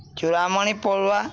Ramani Padua